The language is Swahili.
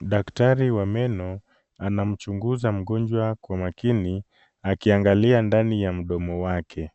Daktari wa meno, anamchunguza mgonjwa kwa makini, akiangalia ndani ya mdomo wake.